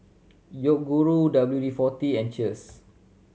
Yoguru W D Forty and Cheers